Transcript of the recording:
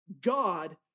God